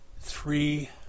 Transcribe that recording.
three